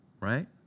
Right